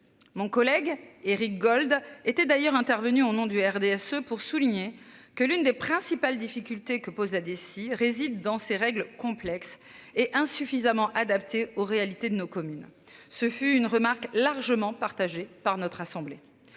Mon collègue Éric Gold étaient d'ailleurs intervenues au nom du RDSE pour souligner que l'une des principales difficultés que pose la DSI réside dans ces règles complexes et insuffisamment adaptée aux réalités de nos communes. Ce fut une remarque largement partagée par notre assemblée